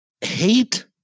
Hate